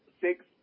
six